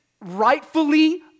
rightfully